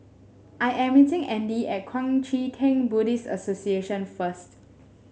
I am meeting Andy at Kuang Chee Tng Buddhist Association first